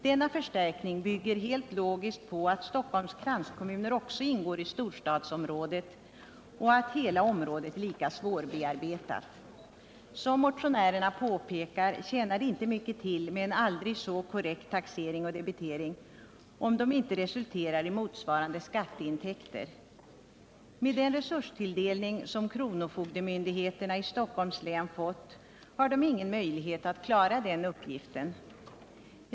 Denna förstärkning bygger helt logiskt på att Stockholms kranskommuner också ingår i storstadsområdet och att hela området är lika svårbearbetat. Som motionärerna påpekar tjänar det inte mycket till med en aldrig så korrekt taxering och debitering, om de inte resulterar i motsvarande skatteintäkter. Med den resurstilldelning som kronofogdemyndigheterna i Stockholms län fått har de ingen möjlighet att klara den uppgiften.